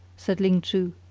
said ling chu.